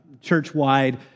church-wide